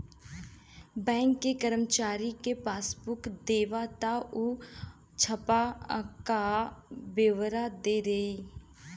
bank के करमचारी के पासबुक देबा त ऊ छाप क बेओरा दे देई